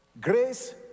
Grace